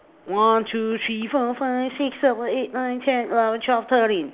one two three four five six seven eight nine ten eleven twelve thirteen